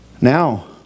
Now